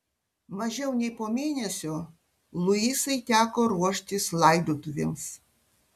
mažiau nei po mėnesio luisai teko ruoštis laidotuvėms